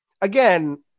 again